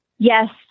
Yes